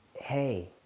hey